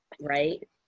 right